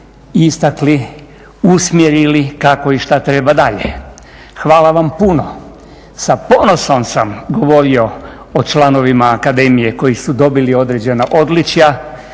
istakli, usmjerili kako i šta treba dalje. Hvala vam puno. Sa ponosom sam govorio o članovima Akademije koji su dobili određena odličja,